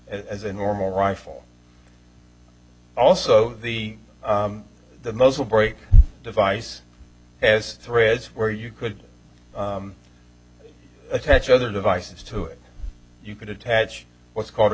as a normal rifle also the most will break device as threads where you could attach other devices to it you could attach what's called a